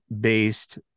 based